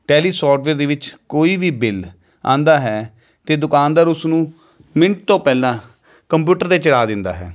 Tally software ਦੇ ਵਿੱਚ ਕੋਈ ਵੀ ਬਿੱਲ ਆਉਂਦਾ ਹੈ ਤਾਂ ਦੁਕਾਨਦਾਰ ਉਸ ਨੂੰ ਮਿੰਟ ਤੋਂ ਪਹਿਲਾਂ ਕੰਪਿਊਟਰ 'ਤੇ ਚੜ੍ਹਾ ਦਿੰਦਾ ਹੈ